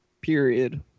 period